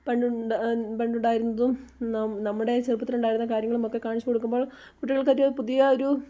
പണ്ട് പണ്ടുണ്ടായിരുന്നതും നാം നമ്മുടെ ചെറുപ്പത്തിൽ ഉണ്ടായിരുന്ന കാര്യങ്ങളുമൊക്കെ കാണിച്ചു കൊടുക്കുമ്പോൾ കുട്ടികൾക്കൊരു പുതിയ ഒരു